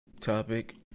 topic